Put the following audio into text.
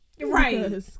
Right